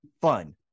fun